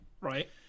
Right